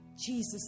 Jesus